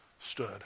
Stood